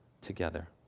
together